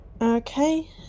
Okay